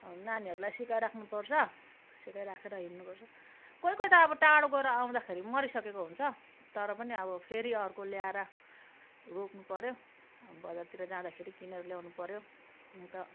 नानीहरलाई सिकाई राख्नुपर्छ सिकाई राखेर हिड्नुपर्छ कोही कोही त अब टाडो गएर आउँदा खेरि मरिसकेको हुन्छ तर पनि अब फेरि अर्को ल्याएर रोप्नु पऱ्यो बजारतिर जाँदाखेरि किनेर ल्याउनुपर्यो अन्त